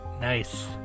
Nice